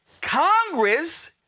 Congress